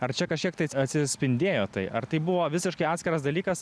ar čia kažkiek tai atsispindėjo tai ar tai buvo visiškai atskiras dalykas